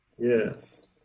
yes